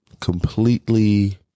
Completely